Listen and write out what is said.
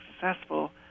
successful